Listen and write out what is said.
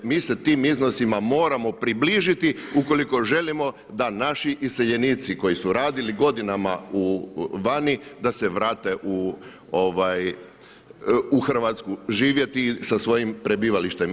Mi se tim iznosima moramo približiti ukoliko želimo da naši iseljenici koji su radili godinama vani da se vrate u Hrvatsku živjeti sa svojim prebivalištem.